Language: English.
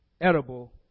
edible